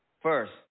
First